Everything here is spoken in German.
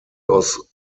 aus